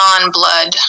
non-blood